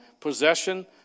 possession